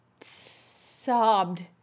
sobbed